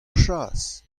chas